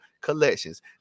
Collections